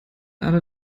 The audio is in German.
alle